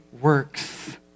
works